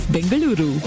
Bengaluru